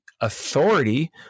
authority